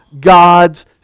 gods